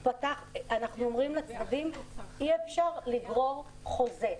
אנחנו אומרים לצדדים: אי-אפשר לגרור חוזה,